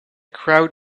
crowd